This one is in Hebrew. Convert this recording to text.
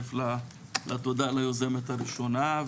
מצטרף לתודה ליוזמת הראשונה.